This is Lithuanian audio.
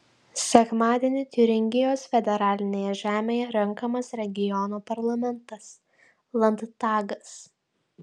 sekmadienį tiuringijos federalinėje žemėje renkamas regiono parlamentas landtagas